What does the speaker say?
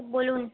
বলুন